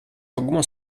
alguma